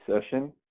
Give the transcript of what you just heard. session